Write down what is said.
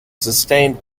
sustained